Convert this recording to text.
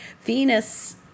Venus